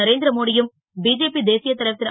நரேந் ர மோடியும் பிஜேபி தேசிய தலைவர் ரு